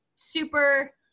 super